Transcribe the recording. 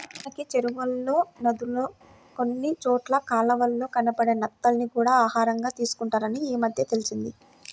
మనకి చెరువుల్లో, నదుల్లో కొన్ని చోట్ల కాలవల్లో కనబడే నత్తల్ని కూడా ఆహారంగా తీసుకుంటారని ఈమద్దెనే తెలిసింది